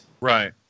Right